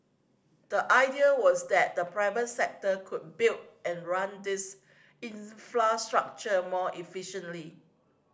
the idea was that the private sector could build and run these infrastructure more efficiently